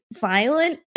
violent